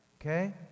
Okay